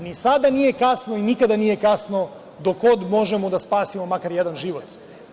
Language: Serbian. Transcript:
Ni sada nije kasno i nikada nije kasno, dok god možemo da spasimo makar jedan život.